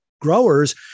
growers